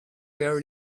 where